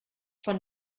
von